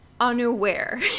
unaware